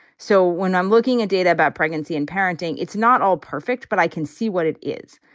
so when i'm looking at data about pregnancy and parenting, it's not all perfect, but i can see what it is.